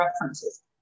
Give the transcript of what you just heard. references